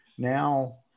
Now